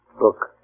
Look